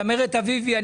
צמרת אביבי,